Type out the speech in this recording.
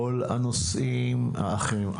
כל הנושאים האחרים,